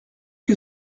que